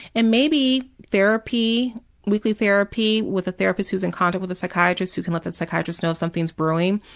and maybe therapy weekly therapy with a therapist who is in contact with a psychiatrist who can let the psychiatrist know if something is brewing.